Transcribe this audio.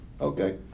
Okay